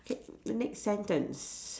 K next sentence